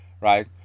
Right